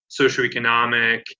socioeconomic